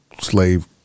slave